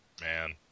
Man